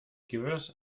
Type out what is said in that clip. givers